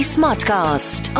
Smartcast